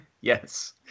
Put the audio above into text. Yes